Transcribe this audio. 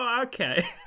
Okay